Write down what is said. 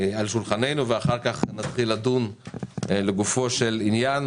על שולחננו ואחר כך נתחיל לדון לגופו של עניין